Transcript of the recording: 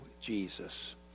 Jesus